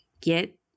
Get